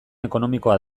ekonomikoa